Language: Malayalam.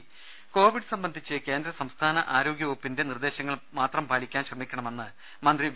രുമെ കോവിഡ് സംബന്ധിച്ച് കേന്ദ്ര സംസ്ഥാന ആരോഗ്യ വകുപ്പിന്റെ നിർദേശങ്ങൾ മാത്രം പാലിക്കാൻ ശ്രമിക്കണമെന്ന് മന്ത്രി വി